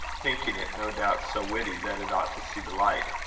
thinking it, no doubt, so witty that it ought to see the light.